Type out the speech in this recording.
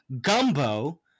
gumbo